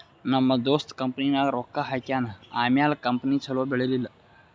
ನಮ್ ದೋಸ್ತ ಕಂಪನಿನಾಗ್ ರೊಕ್ಕಾ ಹಾಕ್ಯಾನ್ ಆಮ್ಯಾಲ ಕಂಪನಿ ಛಲೋ ಬೆಳೀಲಿಲ್ಲ